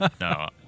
no